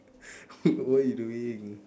what you doing